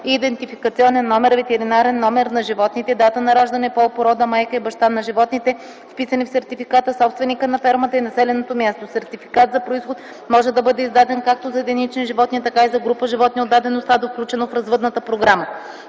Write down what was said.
и идентификационен номер (ветеринарен номер) на животните, дата на раждане, пол, порода, майка и баща на животните, вписани в сертификата, собственика на фермата и населеното място. Сертификат за произход може да бъде издаден както за единични животни, така и за група животни от дадено стадо, включено в развъдна програма.”